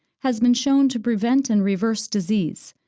has been shown to prevent and reverse disease,